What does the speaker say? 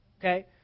Okay